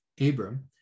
Abram